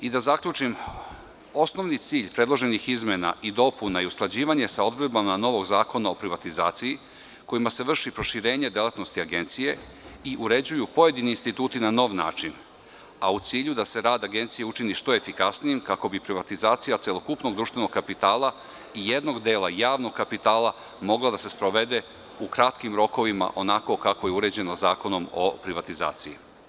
Da zaključim, osnovni cilj predloženih izmena i dopuna je usklađivanje sa odredbama novog Zakona o privatizaciji, kojima se vrši proširenje delatnosti Agencije i uređuju pojedini instituti na nov način, a u cilju da se rad Agencije učini što efikasnijim kako bi privatizacija celokupnog društvenog kapitala i jednog dela javnog kapitala mogla da se sprovede u kratkim rokovima, onako kako je uređeno Zakonom o privatizaciji.